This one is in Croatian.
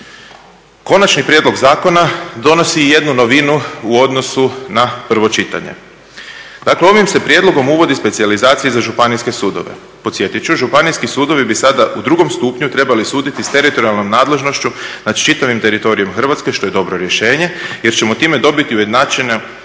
Konačni prijedlog zakona donosi i jednu novinu u odnosu na prvo čitanje. Dakle, ovim se prijedlogom uvodi specijalizacija za županijske sudove. Podsjetit ću, Županijski sudovi bi sada u drugom stupnju trebali suditi s teritorijalnom nadležnošću nad čitavim teritorijem Hrvatske što je dobro rješenje jer ćemo time dobiti ujednačavanje